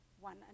one